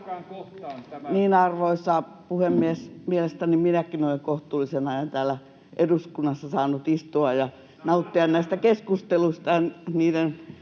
Arvoisa puhemies! Mielestäni minäkin olen kohtuullisen ajan täällä eduskunnassa saanut istua [Ben Zyskowicz: